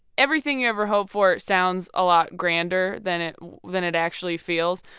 everything you ever hope for sounds a lot grander than it than it actually feels.